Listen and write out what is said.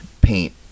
paint